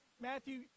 Matthew